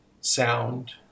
sound